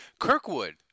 Kirkwood